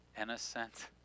innocent